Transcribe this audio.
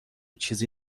چیزی